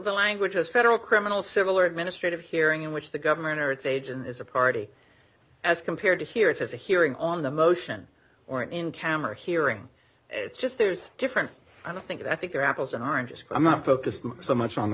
language as federal criminal civil or ministry of hearing in which the government or its agent is a party as compared to here it's a hearing on the motion or in camera hearing it's just there's different i don't think i think they're apples and oranges i'm not focused so much on the